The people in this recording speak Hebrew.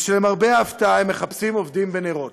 ושלמרבה ההפתעה הם מחפשים עובדים בנרות,